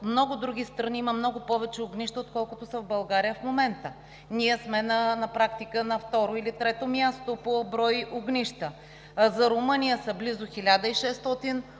много други страни има много повече огнища, отколкото са в България в момента. На практика ние сме на второ или трето място по брой огнища. За Румъния вече са близо 1600